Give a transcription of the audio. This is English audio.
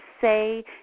say